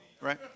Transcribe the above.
right